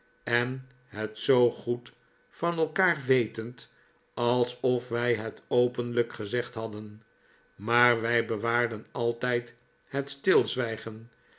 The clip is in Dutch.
en het zoo goed van elkaar wetend alsof wij het openlijk gezegd hadden maar wij bewaarden altijd het